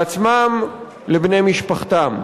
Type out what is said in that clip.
לעצמם, לבני משפחתם.